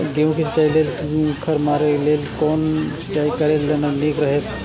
गेहूँ के सिंचाई लेल खर मारे के लेल कोन सिंचाई करे ल नीक रहैत?